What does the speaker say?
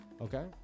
okay